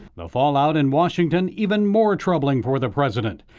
the fallout in washington even more troubling for the president.